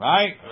Right